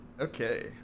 Okay